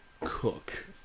Cook